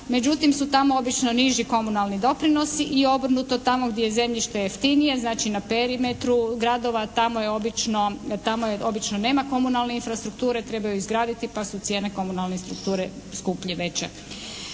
međutim su tamo obično niži komunalni doprinosi i obrnuto tamo gdje je zemljište jeftinije znači na perimetru gradova tamo obično nema komunalne infrastrukture, treba ju izgraditi pa su cijene komunalne strukture skuplje, veće.